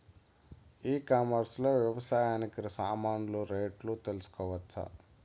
ఈ కామర్స్ లో వ్యవసాయానికి సామాన్లు రేట్లు తెలుసుకోవచ్చునా?